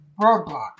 roadblock